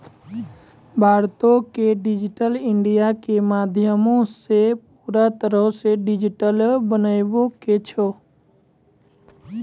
भारतो के digital India के माध्यमो से पूरा तरहो से डिजिटल बनाबै के छै